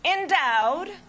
Endowed